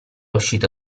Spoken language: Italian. uscito